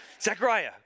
Zechariah